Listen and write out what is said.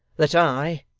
that i,